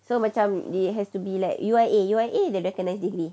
so macam it has to be like U_I_A U_I_A they recognize degree